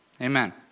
amen